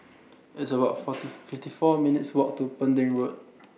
It's about forty fifty four minutes' Walk to Pending Road